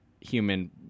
human